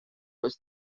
was